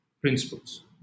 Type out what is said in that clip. principles